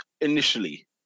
initially